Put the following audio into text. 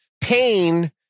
Pain